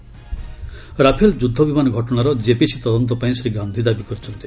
Rafale ଯୃଦ୍ଧବିମାନ ଘଟଣାରେ JPC ତଦନ୍ତ ପାଇଁ ଶ୍ରୀ ଗାନ୍ଧୀ ଦାବି କରିଛନ୍ତି